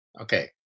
Okay